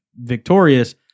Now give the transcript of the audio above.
victorious